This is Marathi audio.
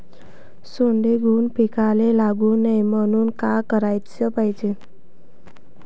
सोंडे, घुंग पिकाले लागू नये म्हनून का कराच पायजे?